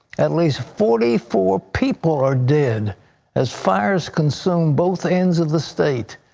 at least forty four people are dead as fires consume both ends of the state.